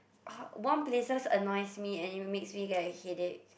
!huh! one places annoys me and it makes me get a headache